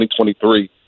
2023